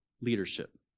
leadership